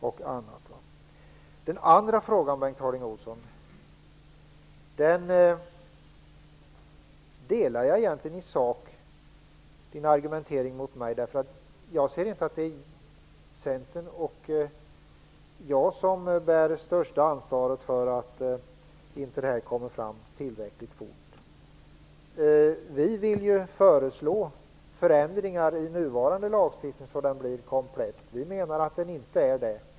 I den andra frågan delar jag egentligen din argumentation mot mig. Jag ser inte att det är jag och Centern som bär ansvaret för att förslaget inte kommer fram tillräckligt fort. Vi vill ju föreslå förändringar av nuvarande lagstiftning så att den blir komplett. Vi menar att den inte är det nu.